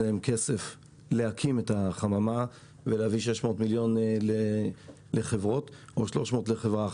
להם כסף להקים החממה ולהביא 600 מיליון לחברות או 300 לחברה,